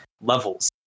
levels